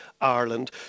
Ireland